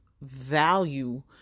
value